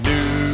New